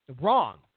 wrong